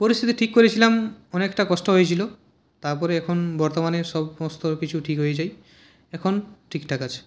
পরিস্থিতি ঠিক করেছিলাম অনেকটা কষ্ট হয়েছিলো তারপরে এখন বর্তমানে সমস্ত কিছু ঠিক হয়ে যায় এখন ঠিকঠাক আছে